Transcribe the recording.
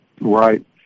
Right